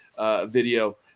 video